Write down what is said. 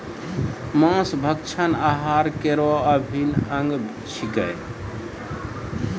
मांस भक्षण आहार केरो अभिन्न अंग छिकै